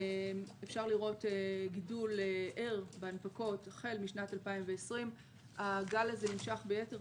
אפשר לראות גידול ער בהנפקות החל משנת 2020. הגל הזה נמשך ביתר